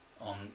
on